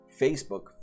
Facebook